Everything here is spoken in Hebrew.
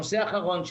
הנושא האחרון,